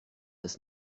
ist